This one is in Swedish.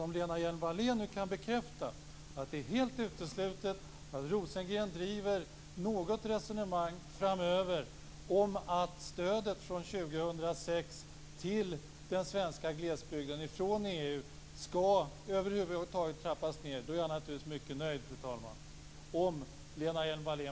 Om Lena Hjelm-Wallén nu kan bekräfta att det är helt uteslutet att Rosengren driver något resonemang framöver om att stödet från EU till den svenska glesbygden över huvud taget skall trappas ned från 2006, är jag naturligtvis mycket nöjd, fru talman.